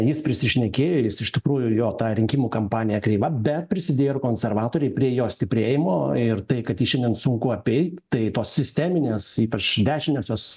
jis prisišnekėjo ir jis iš tikrųjų jo ta rinkimų kampanija kreiva bet prisidėjo ir konservatoriai prie jo stiprėjimo ir tai kad jį šiandien sunku apeit tai tos sisteminės ypač dešiniosios